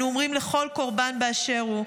אנו אומרים לכל קורבן באשר הוא: